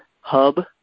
hub